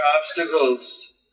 obstacles